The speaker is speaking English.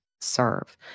Serve